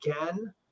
again